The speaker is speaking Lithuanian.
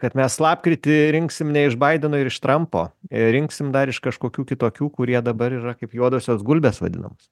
kad mes lapkritį rinksim ne iš baideno ir iš trampo rinksim dar iš kažkokių kitokių kurie dabar yra kaip juodosios gulbės vadinamos